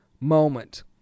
moment